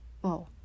whoa